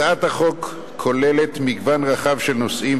הצעת החוק כוללת מגוון רחב של נושאים,